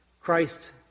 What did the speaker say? Christ